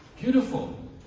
Beautiful